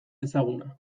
ezaguna